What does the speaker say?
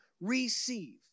receive